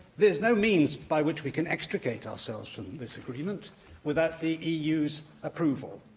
there's no means by which we can extricate ourselves from this agreement without the eu's approval.